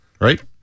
right